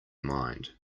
mind